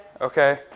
Okay